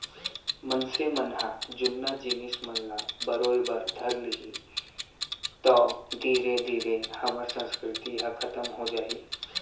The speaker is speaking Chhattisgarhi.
मनसे मन ह जुन्ना जिनिस मन ल बरोय बर धर लिही तौ धीरे धीरे हमर संस्कृति ह खतम हो जाही